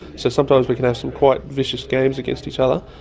so sometimes we can have some quite vicious games against each other.